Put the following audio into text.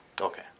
Okay